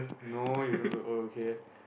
no you don't look old okay